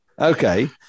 Okay